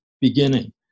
beginning